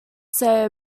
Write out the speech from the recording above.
say